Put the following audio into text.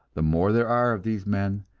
the more there are of these men,